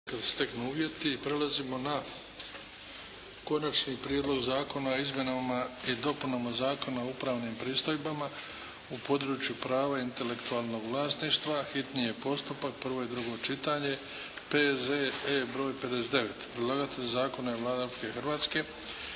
Luka (HDZ)** Prelazimo na - Konačni prijedlog zakona o izmjenama i dopunama Zakona o upravnim pristojbama u područja prava intelektualnog vlasništva, hitni postupak, prvo i drugo čitanje, P.Z.E. br. 59. Predlagatelj zakona je Vlada Republike Hrvatske.